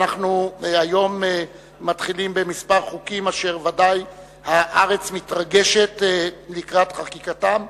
אנחנו היום מתחילים בכמה חוקים אשר בוודאי הארץ מתרגשת לקראת חקיקתם,